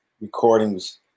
recordings